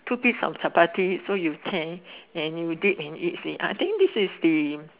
two piece of Chapati so you can dip in it you see I think this is the